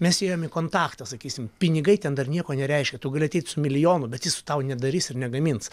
mes ėjom į kontaktą sakysim pinigai ten dar nieko nereiškia tu gali ateit su milijonu bet jis tau nedarys ir negamins